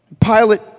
Pilate